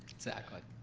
exactly,